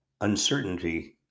uncertainty